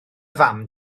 fam